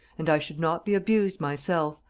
and i should not be abused myself,